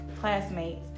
classmates